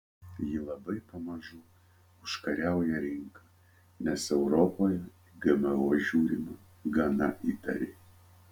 jie labai pamažu užkariauja rinką nes europoje į gmo žiūrima gana įtariai